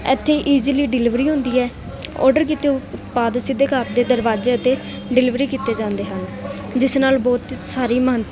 ਇੱਥੇ easily delivery ਹੁੰਦੀ ਹੈ ਆਰਡਰ ਕਿਤੋਂ ਪਾ ਦਿਓ ਸਿੱਧੇ ਘਰ ਦੇ ਦਰਵਾਜੇ ਅਤੇ ਡਿਲੀਵਰੀ ਕੀਤੇ ਜਾਂਦੇ ਹਨ ਜਿਸ ਨਾਲ ਬਹੁਤ ਸਾਰੀ ਮ